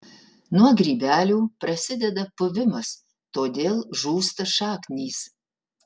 nuo grybelių prasideda puvimas todėl žūsta šaknys